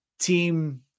team